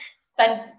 spend